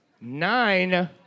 nine